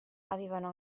avevano